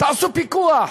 תעשו פיקוח,